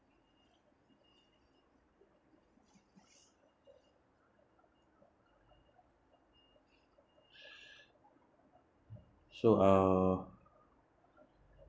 so uh